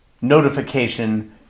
notification